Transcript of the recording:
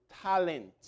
talent